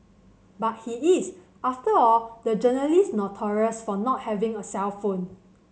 but he is after all the journalist notorious for not having a cellphone